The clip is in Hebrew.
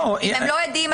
אם הם לא עדים,